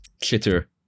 chitter